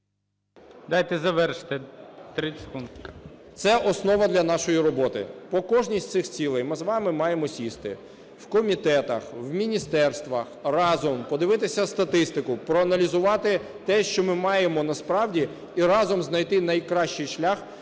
Дайте завершити, 30 секунд. ГОНЧАРУК О.В. Це основа для нашої роботи. По кожній з цих цілей ми з вами маємо сісти в комітетах, у міністерствах разом, подивитися статистику, проаналізувати те, що ми маємо насправді, і разом знайти найкращий шлях